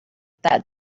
that